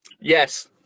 Yes